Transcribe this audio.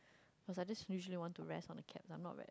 cause I just usually want to rest on the cabs I'm not very